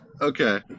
Okay